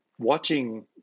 watching